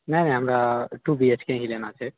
नहि नहि हमरा टू बी एच के ही लेना छै